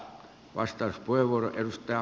arvoisa puhemies